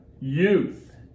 youth